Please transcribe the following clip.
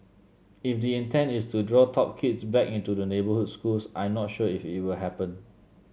if the intent is to draw top kids back into the neighbourhood schools I'm not sure if it will happen